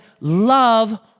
love